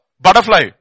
butterfly